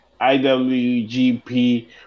IWGP